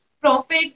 profit